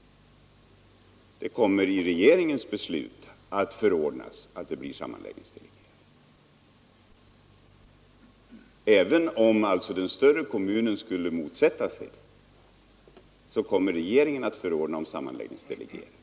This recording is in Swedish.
Det kommer i regeringens beslut att förordnas att det blir sammanläggningsdelegerade. Även om alltså den större kommunen skulle motsätta sig detta, så kommer regeringen att förordna om sammanläggningsdelegerade.